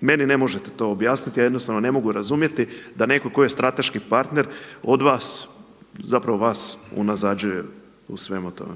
Meni ne možete to objasniti, ja jednostavno ne mogu razumjeti da netko tko je strateški partner od vas, zapravo vas unazađuje u svemu tome.